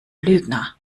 lügner